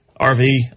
RV